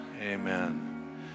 Amen